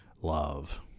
love